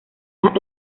las